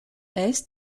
est